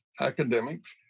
academics